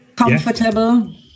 Comfortable